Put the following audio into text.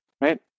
Right